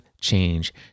change